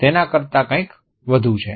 તેના કરતાં કંઈક વધુ છે